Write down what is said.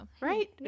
right